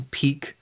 peak